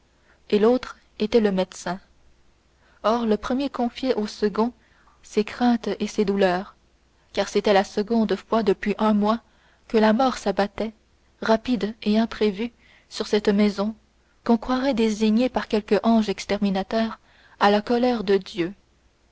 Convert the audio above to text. et l'autre était le médecin or le premier confiait au second ses craintes et ses douleurs car c'était la seconde fois depuis un mois que la mort s'abattait rapide et imprévue sur cette maison qu'on croirait désignée par quelque ange exterminateur à la colère de dieu